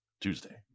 Tuesday